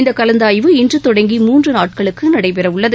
இந்தகலந்தாய்வு இன்றுதொடங்கி மூன்றுநாட்களுக்குநடைபெறவுள்ளது